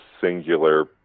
singular